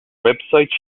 websites